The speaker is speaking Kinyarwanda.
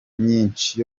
myinshi